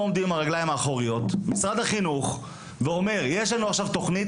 לא עומדים על הרגליים האחוריות ואומרים: יש לנו עכשיו תוכנית,